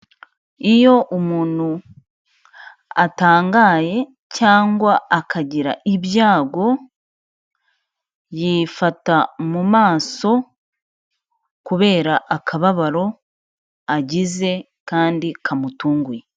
Iyo umuntu atangaye cyangwa akagira ibyago, yifata mu maso kubera akababaro agize kandi kamutunguye.